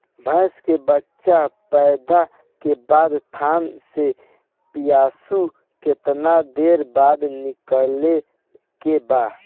भैंस के बच्चा पैदा के बाद थन से पियूष कितना देर बाद निकले के बा?